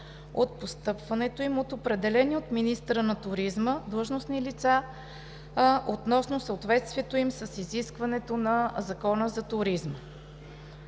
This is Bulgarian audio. от постъпването им от определени от министъра на туризма длъжностни лица относно съответствието им с изискването на Закона за туризма.